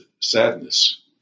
sadness